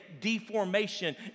deformation